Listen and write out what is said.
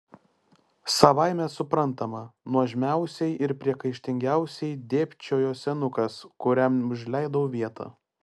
savaime suprantama nuožmiausiai ir priekaištingiausiai dėbčiojo senukas kuriam užleidau vietą